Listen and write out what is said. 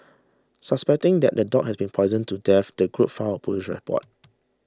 suspecting that the dog had been poisoned to death the group filed a police report